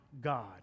God